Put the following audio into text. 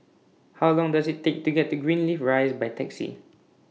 How Long Does IT Take to get to Greenleaf Rise By Taxi